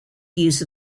use